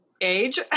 age